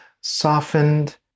softened